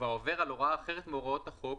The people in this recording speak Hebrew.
והעובר על הוראה אחרת מהוראות החוק,